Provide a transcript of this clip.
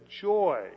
joy